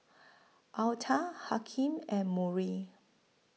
Altha Hakeem and Murry